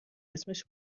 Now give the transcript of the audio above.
اسمش